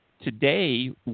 today